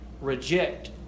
reject